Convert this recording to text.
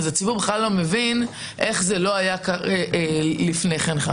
הציבור בכלל לא מבין איך זה לא היה לפני כן.